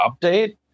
update